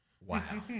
Wow